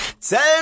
Tell